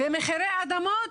ומחירי אדמות,